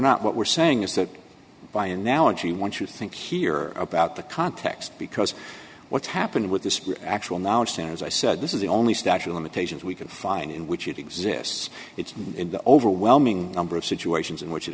not what we're saying is that by analogy once you think here about the context because what's happened with this actual knowledge soon as i said this is the only statute limitations we can find in which it exists it's in the overwhelming number of situations in which it